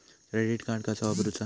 Credit card कसा वापरूचा?